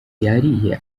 yariye